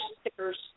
stickers